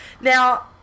Now